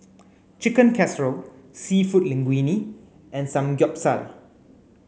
Chicken Casserole Seafood Linguine and Samgyeopsal